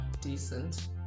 decent